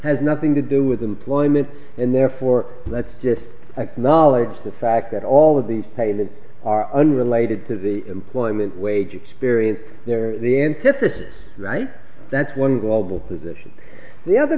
has nothing to do with employment and therefore let's just acknowledge the fact that all of these pay that are unrelated to the employment wage experience they're the antithesis that's one global position the other